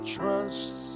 trust